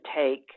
take